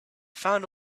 found